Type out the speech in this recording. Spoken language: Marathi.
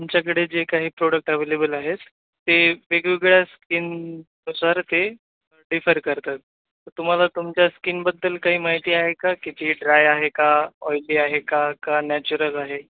आमच्याकडे जे काही प्रोडक्ट ॲवेलेबल आहेत ते वेगवेगळ्या स्किननुसार ते डिफर करतात तर तुम्हाला तुमच्या स्किनबद्दल काही माहिती आहे का की जी ड्राय आहे का ऑईली आहे का का नॅचरल आहे